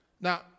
now